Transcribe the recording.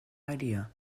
idea